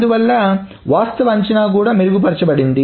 అందువల్ల వాస్తవ అంచనా కూడా మెరుగుపరచ బడింది